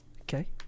Okay